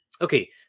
okay